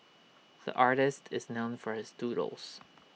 the artist is known for his doodles